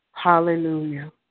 Hallelujah